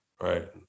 right